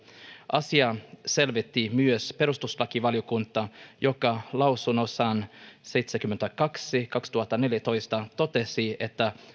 asiaa selvitti myös perustuslakivaliokunta joka lausunnossaan seitsemänkymmentäkaksi kautta kaksituhattaneljätoista totesi että